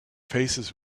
faces